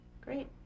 Great